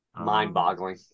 Mind-boggling